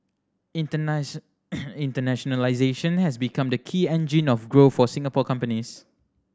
internationalisation has become the key engine of growth for Singapore companies